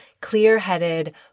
clear-headed